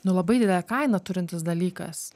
nu labai didelę kainą turintis dalykas